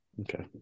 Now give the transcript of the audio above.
Okay